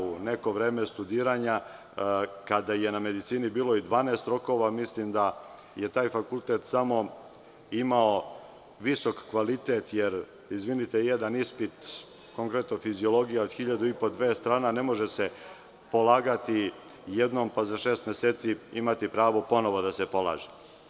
U neko vreme studiranja kada je na medicini bilo i 12 rokova mislim da je taj fakultet samo imao visok kvalitet, jer izvinite, jedan ispit konkretno Fiziologija od hiljadu i po, dve strana, ne može se polagati jednom, pa za šest meseci imati pravo da se ponovo polaže.